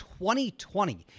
2020